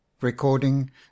recording